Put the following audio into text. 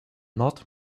not